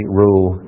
rule